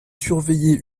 surveiller